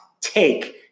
take